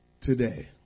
today